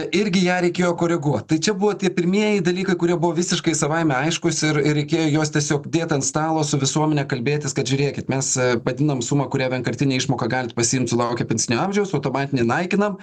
irgi ją reikėjo koreguot tai čia buvo tie pirmieji dalykai kurie buvo visiškai savaime aiškūs ir reikėjo juos tiesiog dėt ant stalo su visuomene kalbėtis kad žiūrėkit mes padinam sumą kurią vienkartinę išmoką galit pasiimt sulaukę pensinio amžiaus automatinį naikinam